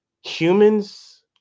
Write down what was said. humans